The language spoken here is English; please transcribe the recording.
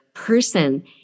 Person